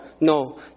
No